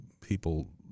people